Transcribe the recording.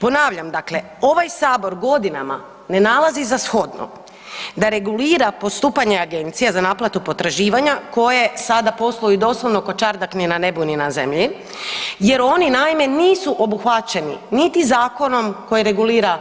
Ponavljam, dakle, ovaj Sabor godinama ne nalazi za shodno da regulira postupanje agencije za naplatu potraživanja koje sada posluju doslovno kao čardak, ni na nebu ni na zemlji, jer oni, naime, nisu obuhvaćeni niti zakonom koji regulira